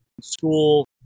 school